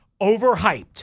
overhyped